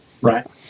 Right